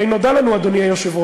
הרי נודע לנו, אדוני היושב-ראש,